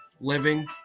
Living